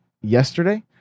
yesterday